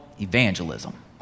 evangelism